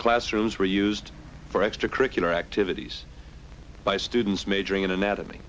classrooms were used for extracurricular activities by students majoring in anatomy